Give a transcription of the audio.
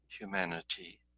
Humanity